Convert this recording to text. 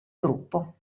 gruppo